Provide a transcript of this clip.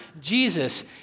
Jesus